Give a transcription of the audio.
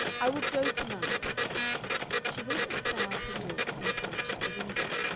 i will go to-night. she went as far as her door, then turned to the window.